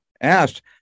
asked